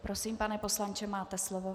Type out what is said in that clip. Prosím, pane poslanče, máte slovo.